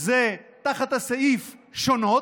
זה תחת הסעיף "שונות",